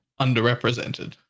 underrepresented